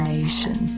Nation